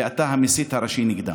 ואתה המסית הראשי נגדם.